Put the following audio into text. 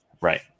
right